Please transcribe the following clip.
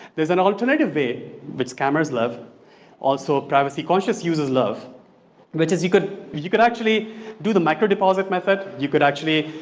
there's an alternative there which cameras love also privacy conscious users love which is you could you could actually do the micro deposit method, you could actually,